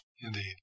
Indeed